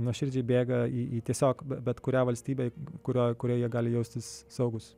nuoširdžiai bėga į į tiesiog bet kurią valstybę kurioj kurioj jie gali jaustis saugūs